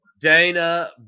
Dana